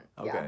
Okay